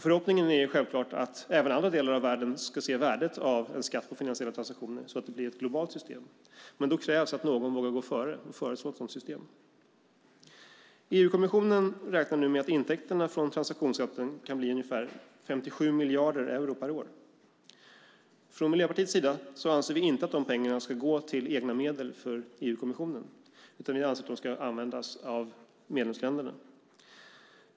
Förhoppningen är självklart att även andra delar av världen ska se värdet av en skatt på finansiella transaktioner, så att det blir ett globalt system. Men då krävs att någon vågar gå före och föreslå ett sådant system. EU-kommissionen räknar nu med att intäkterna från transaktionsskatten kan bli ungefär 57 miljarder euro per år. Från Miljöpartiets sida anser vi inte att de pengarna ska gå till egna medel för EU-kommissionen, utan vi anser att de ska användas av medlemsländerna.